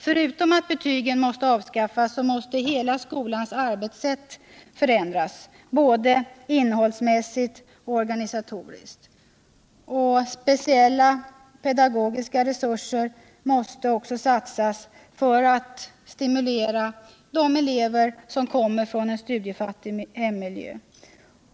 Förutom att betygen måste avskaffas måste hela skolans arbetssätt förändras, både innehållsmässigt och organisatoriskt. Speciella pedagogiska resurser måste också satsas för att stimulera de elever som kommer från en studiefattig hemmiljö.